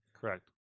Correct